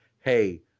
hey